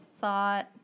thought